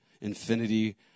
Infinity